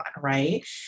Right